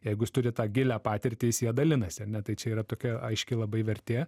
jeigu jis turi tą gilią patirtį jis ja dalinasi ar ne tai čia yra tokia aiški labai vertė